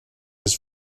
his